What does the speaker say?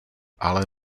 ale